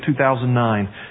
2009